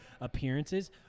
Appearances